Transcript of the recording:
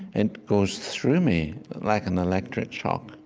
and goes through me like an electric shock.